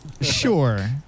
Sure